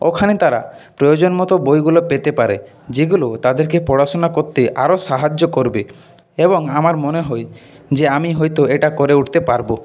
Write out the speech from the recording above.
ওখানে তারা প্রয়োজন মতো বইগুলো পেতে পারে যেগুলো তাদেরকে পড়াশোনা করতে আরও সাহায্য করবে এবং আমার মনে হয় যে আমি হয়তো এটা করে উঠতে পারব